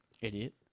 Idiot